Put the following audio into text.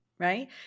Right